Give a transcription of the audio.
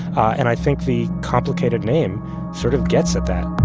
and i think the complicated name sort of gets at that